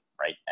right